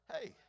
Hey